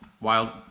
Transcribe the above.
wild